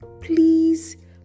please